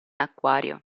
acquario